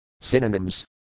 Synonyms